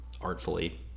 artfully